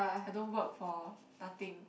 I don't work for nothing